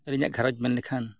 ᱟᱹᱞᱤᱧᱟᱜ ᱜᱷᱟᱨᱚᱸᱡᱽ ᱢᱮᱱ ᱞᱮᱠᱷᱟᱱ